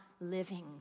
living